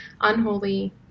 unholy